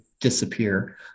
disappear